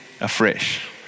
afresh